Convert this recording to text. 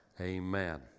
amen